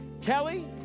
Kelly